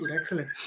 Excellent